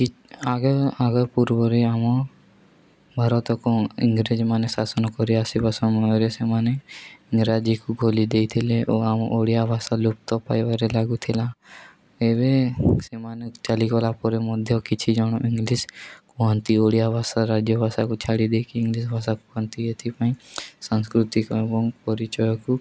କି ଆଗ ଆଗ ପୂର୍ବରେ ଆମ ଭାରତକୁ ଇଂରେଜୀ ମାନ ଶାସନ କରି ଆସିବା ସମୟରେ ସେମାନେ ଇଂରାଜୀକୁ ଖୋଲି ଦେଇଥିଲେ ଓ ଆମ ଓଡ଼ିଆ ଭାଷା ଲୁପ୍ତ ପାଇବାରେ ଲାଗୁଥିଲା ଏବେ ସେମାନେ ଚାଲିଗଲା ପରେ ମଧ୍ୟ କିଛି ଜଣ ଇଂଲିଶ କୁହନ୍ତି ଓଡ଼ିଆ ଭାଷା ରାଜ୍ୟ ଭାଷାକୁ ଛାଡ଼ି ଦେଇକି ଇଂଲିଶ ଭାଷା କୁହନ୍ତି ଏଥିପାଇଁ ସାଂସ୍କୃତିକ ଏବଂ ପରିଚୟକୁ